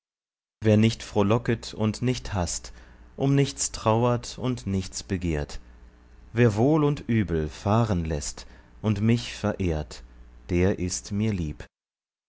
wer nicht frohlocket und nicht haßt um nichts trauert und nichts begehrt wer wohl und übel fahren läßt und mich verehrt der ist mir lieb